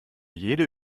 jede